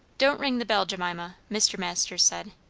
don't ring the bell, jemima, mr. masters said.